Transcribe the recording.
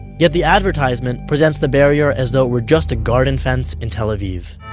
yet the advertisement presents the barrier as though it were just a garden fence in tel aviv.